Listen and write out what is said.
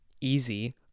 easy